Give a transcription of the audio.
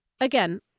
again